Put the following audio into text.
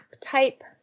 type